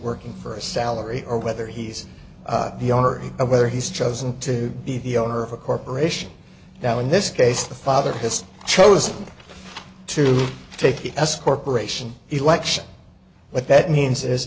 working for a salary or whether he's the owner or whether he's chosen to be the owner of a corporation now in this case the father has chosen to take it as corporation election what that means is